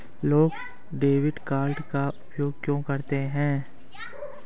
लोग debit card का उपयोग क्यों करते हैं?